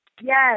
yes